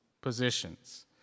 positions